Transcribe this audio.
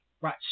Right